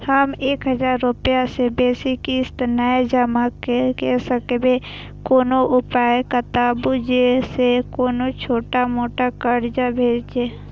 हम एक हजार रूपया से बेसी किस्त नय जमा के सकबे कोनो उपाय बताबु जै से कोनो छोट मोट कर्जा भे जै?